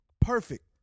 Perfect